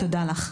תודה לך.